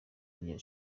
rya